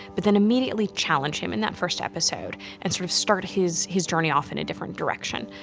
but then immediately challenge him in that first episode, and sort of start his his journey off in a different direction.